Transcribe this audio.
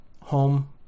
home